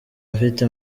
mfite